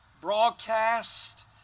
broadcast